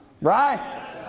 right